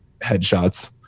headshots